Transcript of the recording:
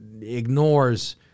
ignores